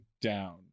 down